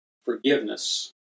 forgiveness